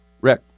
Rick